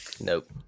Nope